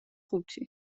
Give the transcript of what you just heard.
ხუთი